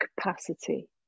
capacity